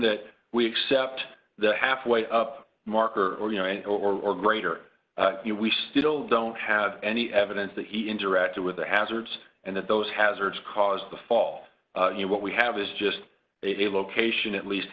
that we accept the halfway up marker or you know and or greater we still don't have any evidence that he interacted with the hazards and that those hazards cause the fall what we have is just a location at least